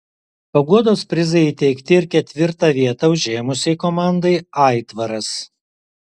paguodos prizai įteikti ir ketvirtą vietą užėmusiai komandai aitvaras